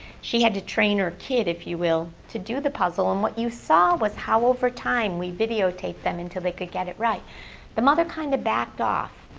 she had to train her kid, if you will, to do the puzzle. and what you saw was how over time we videotaped them until they could get it right the mother kind of backed off,